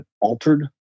altered